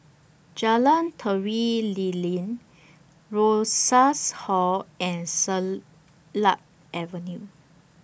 Jalan Tari Lilin Rosas Hall and Avenue